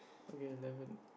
okay eleven